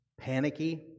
panicky